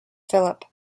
philip